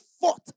fought